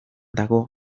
dago